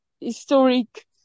historic